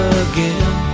again